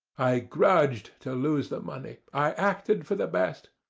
i grudged to lose the money. i acted for the best.